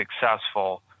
successful